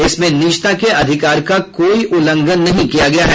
इसमें निजता के अधिकार का कोई उल्लंघन नहीं किया गया है